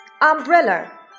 umbrella